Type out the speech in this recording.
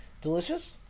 delicious